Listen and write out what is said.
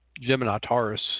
Gemini-Taurus